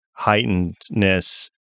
heightenedness